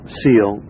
seal